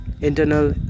internal